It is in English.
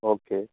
okay